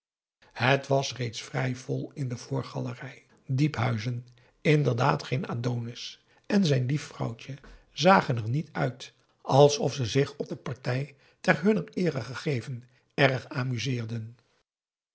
het was reeds vrij vol in de voorgalerij diephuizen inderdaad geen adonis en zijn lief vrouwtje zagen er niet uit alsof ze zich op de partij ter hunner eere gegeven erg amuseerden